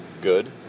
good